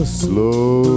slow